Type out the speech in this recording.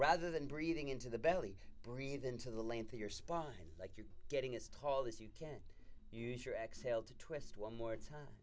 rather than breathing into the belly breathe into the length of your spine like you're getting as tall as you can use your exhale to twist one more time